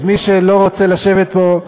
אז מי שלא רוצה לשבת פה,